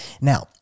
Now